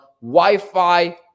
Wi-Fi